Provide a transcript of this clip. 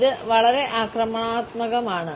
ഇത് വളരെ ആക്രമണാത്മകമാണ്